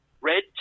red